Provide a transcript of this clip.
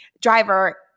driver